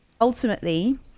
Ultimately